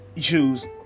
choose